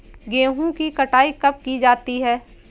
गेहूँ की कटाई कब की जाती है?